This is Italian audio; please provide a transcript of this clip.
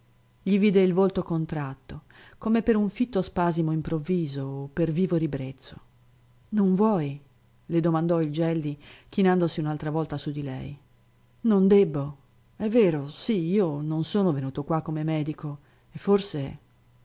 vide il volto contratto come per un fitto spasimo improvviso o per vivo ribrezzo non vuoi le domandò il gelli chinandosi un'altra volta su lei non debbo è vero sì io non sono venuto qua come medico e forse